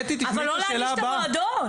אבל לא להעניש את המועדון.